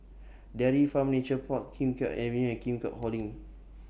Dairy Farm Nature Park Kim Keat Avenue and Keat Hong LINK